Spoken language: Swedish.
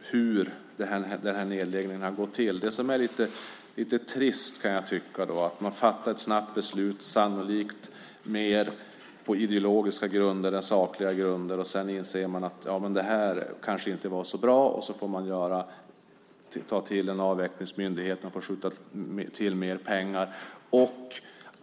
hur den här nedläggningen har gått till, och det är lite trist. Man fattar ett snabbt beslut, sannolikt mer på ideologiska grunder än på sakliga grunder. Sedan inser man att det kanske inte var så bra, och så får man ta till en avvecklingsmyndighet och får skjuta till mer pengar.